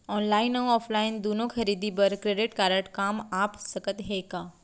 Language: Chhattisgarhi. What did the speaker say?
ऑनलाइन अऊ ऑफलाइन दूनो खरीदी बर क्रेडिट कारड काम आप सकत हे का?